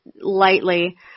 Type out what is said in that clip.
lightly